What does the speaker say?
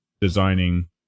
designing